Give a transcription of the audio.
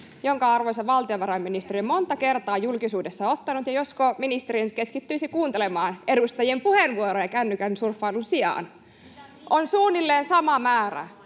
jonka arvoisa valtiovarainministeri on monta kertaa julkisuudessa ottanut — ja josko ministeri nyt keskittyisi kuuntelemaan edustajien puheenvuoroja kännykän surffailun sijaan — on suunnilleen sama määrä